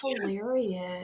hilarious